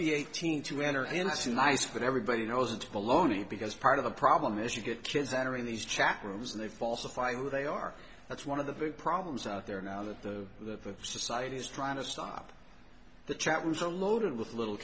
be eighteen to enter and it's nice but everybody knows it's baloney because part of the problem is you get kids entering these chat rooms and they falsify who they are that's one of the big problems out there now that the society is trying to stop the chat rooms are loaded with little